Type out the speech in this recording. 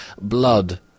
Blood